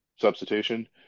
substitution